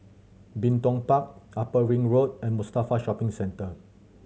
Bin Tong Park Upper Ring Road and Mustafa Shopping Centre